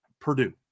Purdue